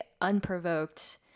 unprovoked